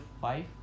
five